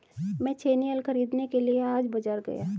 मैं छेनी हल खरीदने के लिए आज बाजार गया